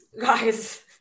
guys